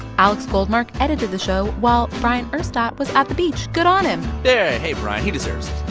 alex goldmark edited the show while bryant urstadt was at the beach. good on him yeah. hey, bryant he deserves